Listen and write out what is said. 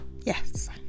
Yes